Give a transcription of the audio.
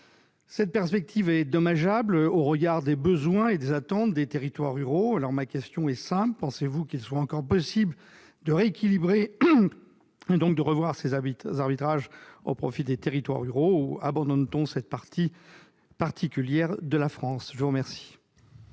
Cette perspective est dommageable au regard des besoins et des attentes des territoires ruraux. Ma question est donc simple : pensez-vous, madame la ministre, qu'il soit encore possible de rééquilibrer, de revoir, ces arbitrages au profit des territoires ruraux, ou abandonne-t-on cette partie particulière de la France ? La parole